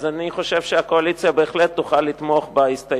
אני חושב שהקואליציה בהחלט תוכל לתמוך בהסתייגות,